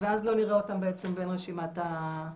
ואז לא נראה אותם ברשימת הוולונטריים.